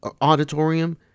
auditorium